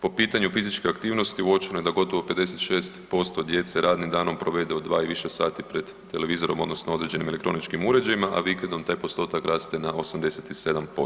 Po pitanju fizičke aktivnosti uočeno je da gotovo 56% djece radnim danom provede 2 i više sati pred televizorom odnosno određenim elektroničkim uređajima, a vikendom taj postotak raste na 87%